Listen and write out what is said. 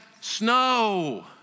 snow